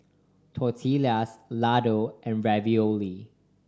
Tortillas Ladoo and Ravioli